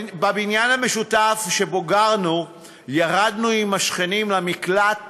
בבניין המשותף שבו גרנו ירדנו עם השכנים למקלט